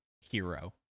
hero